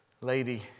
lady